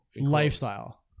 lifestyle